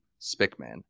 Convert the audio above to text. Spickman